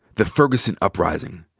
the ferguson uprising,